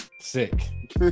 sick